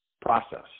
process